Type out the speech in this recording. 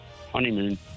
honeymoon